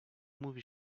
movie